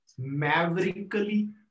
maverickly